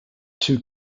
two